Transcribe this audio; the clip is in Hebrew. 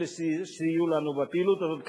אלה סייעו לנו בפעילות הזאת,